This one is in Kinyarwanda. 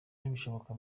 bishoboka